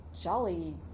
jolly